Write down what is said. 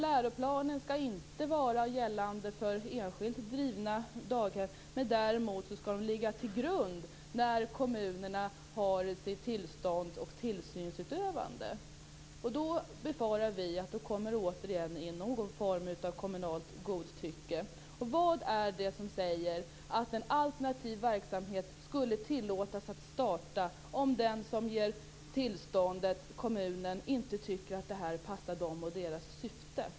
Läroplanen skall inte gälla enskilt drivna daghem, men däremot skall den ligga till grund vid kommunernas tillstånds och tillsynsutövande. Då befarar vi att det återigen kommer in någon form av kommunalt godtycke. Vad är det som säger att en alternativ verksamhet skulle tillåtas att starta om de som ger tillståndet hos kommunen inte tycker att den passar dem och deras syfte?